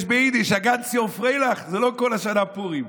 יש ביידיש: א גאנץ יאר פריילעך, לא כל השנה פורים.